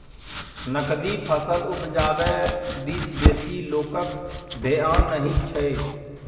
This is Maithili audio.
नकदी फसल उपजाबै दिस बेसी लोकक धेआन नहि छै